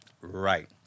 Right